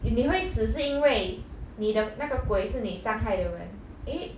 if 你会死是因为你的那个鬼是你伤害的人 eh